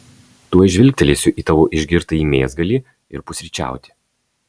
tuoj žvilgtelėsiu į tavo išgirtąjį mėsgalį ir pusryčiauti